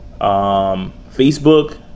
Facebook